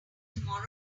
tomorrow